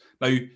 Now